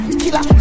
killer